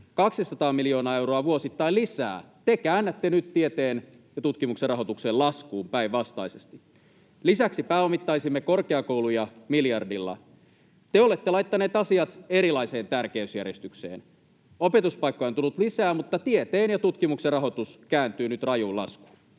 200 miljoonaa euroa vuosittain lisää. Te käännätte nyt päinvastaisesti tieteen ja tutkimuksen rahoituksen laskuun. Lisäksi pääomittaisimme korkeakouluja miljardilla. Te olette laittaneet asiat erilaiseen tärkeysjärjestykseen. Opetuspaikkoja on tullut lisää, mutta tieteen ja tutkimuksen rahoitus kääntyy nyt rajuun laskuun.